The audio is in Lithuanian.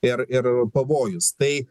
ir ir pavojus tai